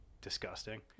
disgusting